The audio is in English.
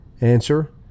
Answer